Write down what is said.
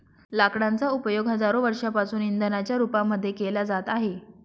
लाकडांचा उपयोग हजारो वर्षांपासून इंधनाच्या रूपामध्ये केला जात आहे